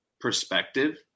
perspective